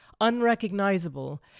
unrecognizable